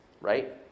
right